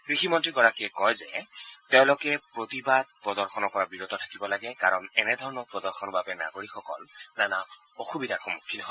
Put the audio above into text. কৃষিমন্ত্ৰী গৰাকীয়ে কয় যে তেওঁলোকে কোনোধৰণৰ প্ৰদৰ্শনৰ পৰা বিৰত থাকিব লাগে কাৰণ এনেধৰণৰ প্ৰদৰ্শনৰ বাবে নাগৰিকসকল নানা অসুবিধাৰ সন্মুখীন হয়